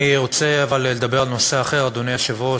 אבל אני רוצה לדבר על נושא אחר, אדוני היושב-ראש.